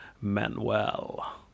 Manuel